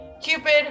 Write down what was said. cupid